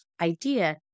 idea